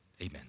amen